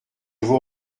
vous